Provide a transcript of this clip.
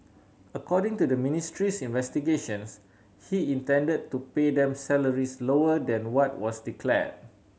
according to the ministry's investigations he intended to pay them salaries lower than what was declared